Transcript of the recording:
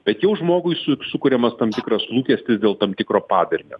bet jau žmogui su sukuriamas tam tikras lūkestis dėl tam tikro padarinio